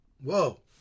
Whoa